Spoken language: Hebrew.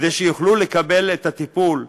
כדי שיוכלו לקבל את הטיפול.